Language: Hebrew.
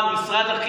יש להם בעיה,